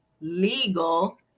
legal